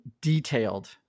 detailed